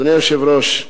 אדוני היושב-ראש,